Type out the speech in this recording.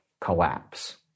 collapse